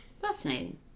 Fascinating